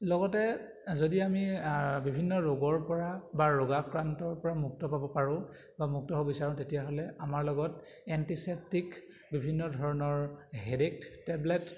লগতে যদি আমি বিভিন্ন ৰোগৰ পৰা বা ৰোগাক্ৰান্তৰ পৰা মুক্ত পাব পাৰোঁ বা মুক্ত হ'ব বিচাৰোঁ তেতিয়াহ'লে আমাৰ লগত এণ্টিচেপ্টিক বিভিন্ন ধৰণৰ হেডেক টেবলেট